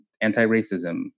anti-racism